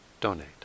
donate